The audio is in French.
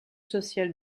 social